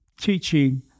teaching